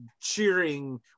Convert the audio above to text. cheering